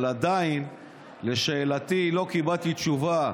על שאלתי לא קיבלתי תשובה,